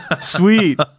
Sweet